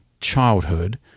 childhood